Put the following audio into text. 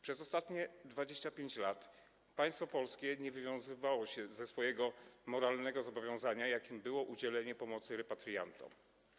Przez ostatnie 25 lat państwo polskie nie wywiązywało się ze swojego moralnego zobowiązania, jakim było udzielenie pomocy repatriantom.